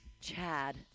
Chad